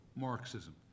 Marxism